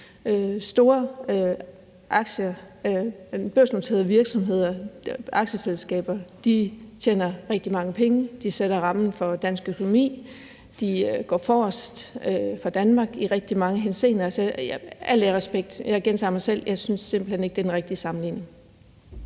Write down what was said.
Store børsnoterede virksomheder og aktieselskaber tjener rigtig mange penge. De sætter rammen for dansk økonomi. De går forrest for Danmark i rigtig mange henseender. Altså, med al ære og respekt gentager jeg mig selv: Jeg synes simpelt hen ikke, det er den rigtige sammenligning.